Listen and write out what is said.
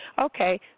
Okay